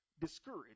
discouraged